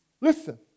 Listen